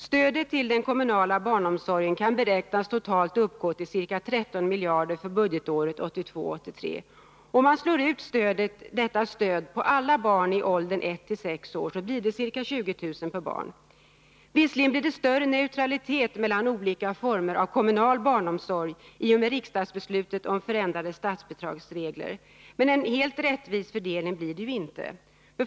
Stödet till den kommunala barnomsorgen kan beräknas uppgå till ca 13 miljarder för budgetåret 1982/83. Om man slår ut stödet till barnomsorgen på alla barn i åldern 1 till 6 år blir det ca 20 000 kr. per barn. Visserligen blir det större neutralitet mellan olika former av kommunal barnomsorg i och med riksdagsbeslutet om förändrade statsbidragsregler, men en rättvis fördelning blir det inte.